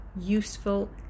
useful